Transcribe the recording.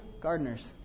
gardeners